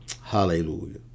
Hallelujah